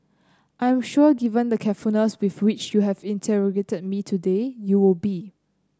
I am sure given the carefulness with which you have interrogated me today you will be